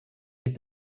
des